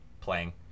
playing